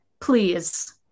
please